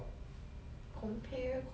let me see let's compare